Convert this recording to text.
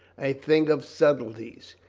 a thing of subtleties,